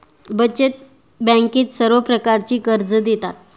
बचत बँकेत सर्व प्रकारची कर्जे देतात